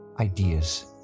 ideas